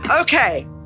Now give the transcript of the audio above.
Okay